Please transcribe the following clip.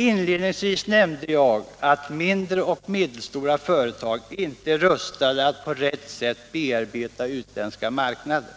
Inledningsvis nämnde jag att mindre och medelstora företag inte är rustade för att på rätt sätt bearbeta utländska marknader.